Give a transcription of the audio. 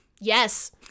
Yes